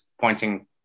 pointing